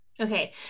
Okay